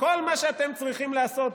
כל מה שאתם צריכים לעשות,